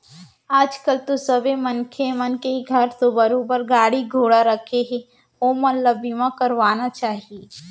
आज कल तो सबे मनखे मन के घर तो बरोबर गाड़ी घोड़ा राखें हें ओमन ल बीमा करवाना चाही